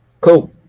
Cool